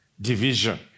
division